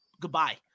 goodbye